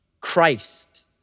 Christ